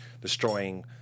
destroying